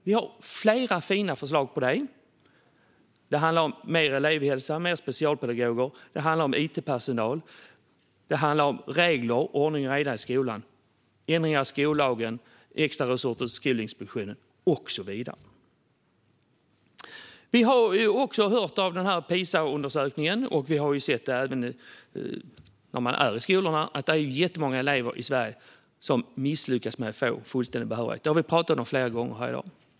Vi har flera fina förslag på det. Det handlar om bättre elevhälsa, fler specialpedagoger, itpersonal, regler och ordning och reda i skolan, ändringar i skollagen, extra resurser till Skolinspektionen och så vidare. Vi har också hört om PISA-undersökningen, och vi har sett i skolorna att det är jättemånga elever i Sverige som misslyckas med att få fullständig behörighet. Det har vi talat om flera gånger här i dag.